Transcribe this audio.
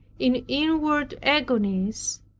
in inward agonies,